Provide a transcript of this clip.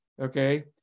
okay